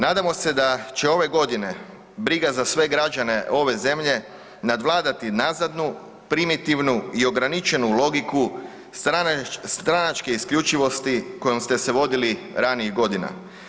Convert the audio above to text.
Nadamo se da će ove godine briga za sve građane ove zemlje nadvladati nazadnu, primitivnu i ograničenu logiku stranačke isključivosti kojom ste se vodili ranijih godina.